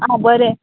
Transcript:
आं बरें